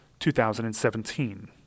2017